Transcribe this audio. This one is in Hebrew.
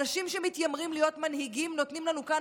אנשים שמתיימרים להיות מנהיגים נותנים לנו כאן